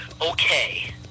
okay